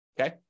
okay